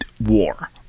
war